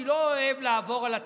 אני לא אוהב לעבור על התקנון.